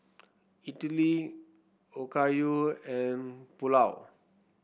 Idili Okayu and Pulao